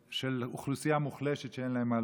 של אוכלוסייה מוחלשת שאין לה מה לאכול.